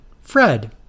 Fred